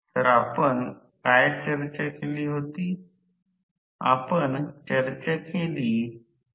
आणि फिरते क्षेत्र काय म्हणतात ते वेग N आहे